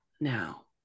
now